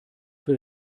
für